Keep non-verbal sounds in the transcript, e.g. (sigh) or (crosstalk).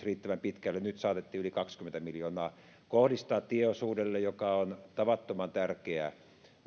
(unintelligible) riittävän pitkälle valmis nyt saatettiin yli kaksikymmentä miljoonaa kohdistaa tälle tieosuudelle joka on tavattoman tärkeä